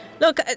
Look